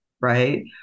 right